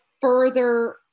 further